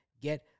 get